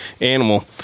animal